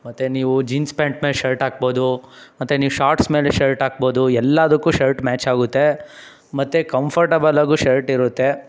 ಮತ್ತು ನೀವು jeans pant ಮೇಲೆ ಶರ್ಟ್ ಹಾಕ್ಬೋದು ಮತ್ತು ನೀವು ಶಾರ್ಟ್ಸ್ ಮೇಲೆ ಶರ್ಟ್ ಹಾಕ್ಬೋದು ಎಲ್ಲದಕ್ಕೂ ಶರ್ಟ್ ಮ್ಯಾಚ್ ಆಗುತ್ತೆ ಮತ್ತು ಕಂಫರ್ಟಬಲಾಗೂ ಶರ್ಟ್ ಇರುತ್ತೆ